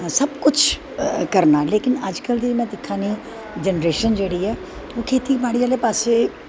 सब कुश करनें लेकिन अज्ज कल में दिक्खा नी जनरेशन जेह्ड़ी ऐ ओह् खेत्ती बॉड़ी आह्लै पास्सै